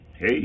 hey